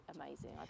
amazing